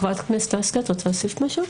חברת הכנסת לסקי, את רוצה להוסיף משהו?